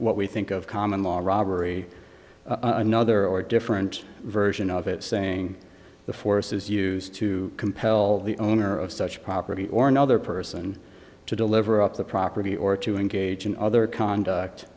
what we think of common law robbery another or different version of it saying the force is used to compel the owner of such property or another person to deliver up the property or to engage in other conduct